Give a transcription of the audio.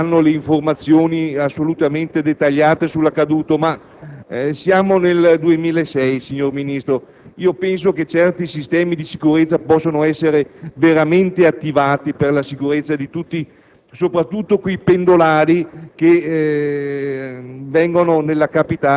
a parte il fatto che senz'altro le scatole nere forniranno informazioni assolutamente dettagliate sull'accaduto, siamo nel 2006, signor Ministro, e penso che certi sistemi di sicurezza possano essere veramente attivati per la sicurezza di tutti, soprattutto